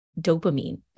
dopamine